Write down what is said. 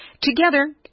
Together